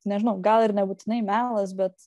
nežinau gal ir nebūtinai melas bet